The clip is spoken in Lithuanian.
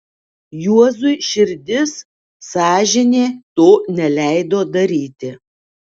juozui širdis sąžinė to neleido daryti